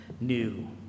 new